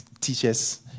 teachers